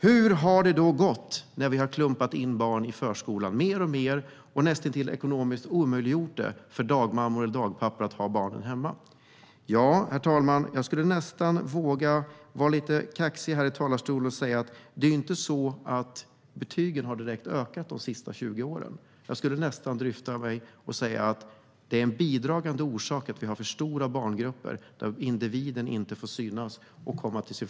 Hur har det då gått när vi i allt högre grad klumpat in barn i förskolan och näst intill omöjliggjort för dagmammor och dagpappor att ha barnen hemma? Ja, betygen har ju inte direkt ökat de senaste 20 åren. Jag skulle snarast drista mig att säga att en bidragande orsak är att vi har för stora barngrupper där individen inte får synas.